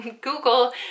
Google